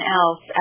else